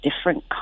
different